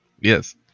Yes